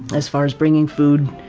as far as bringing food.